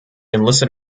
enlisted